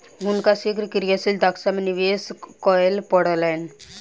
हुनका शीघ्र क्रियाशील दक्षता में निवेश करअ पड़लैन